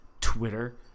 Twitter